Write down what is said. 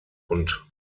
und